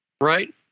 Right